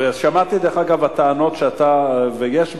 שמעתי, דרך אגב, טענות שאתה, ויש בהן.